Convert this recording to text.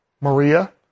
Maria